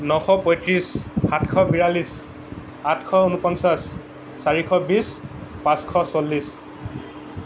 নশ পঁয়ত্ৰিছ সাতশ বিয়াল্লিছ আঠশ ঊনপঞ্চাছ চাৰিশ বিছ পাঁচশ চল্লিছ